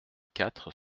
quatre